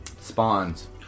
spawns